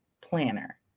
planner